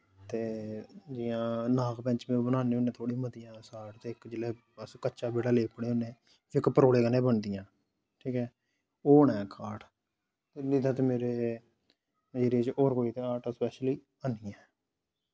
ते जि'यां नाग पंचमी बनाने होने थोह्ड़ी मती हर साल ते इक जेल्लै अस कच्चा बेड़ा लेपने होने इक परोले कन्नै बन दि'यां ठीक ऐ ओह् न इक आर्ट निं तां ते मेरे नजरें च और कोई ते आर्ट स्पैशली हैनिं ऐ